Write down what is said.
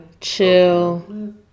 Chill